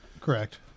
Correct